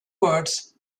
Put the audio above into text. words